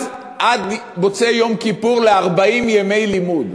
עד מוצאי יום כיפור ל-40 ימי לימוד.